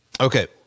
Okay